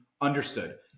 understood